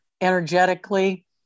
energetically